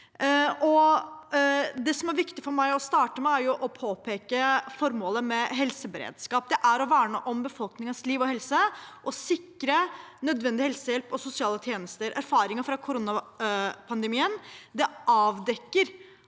Det som er viktig for meg å starte med, er å påpeke formålet med helseberedskap. Det er å verne om befolkningens liv og helse og sikre nødvendig helsehjelp og sosiale tjenester. Erfaringer fra koronapandemien avdekker